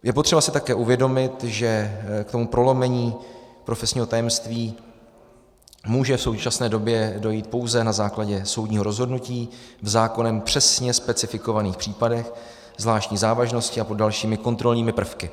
Je potřeba si také uvědomit, že k tomu prolomení profesního tajemství může v současné době dojít pouze na základě soudního rozhodnutí v zákonem přesně specifikovaných případech zvláštní závažnosti a pod dalšími kontrolními prvky.